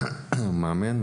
והיום מאמן.